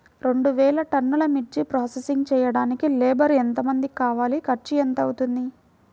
రెండు వేలు టన్నుల మిర్చి ప్రోసెసింగ్ చేయడానికి లేబర్ ఎంతమంది కావాలి, ఖర్చు ఎంత అవుతుంది?